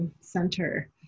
center